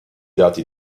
dati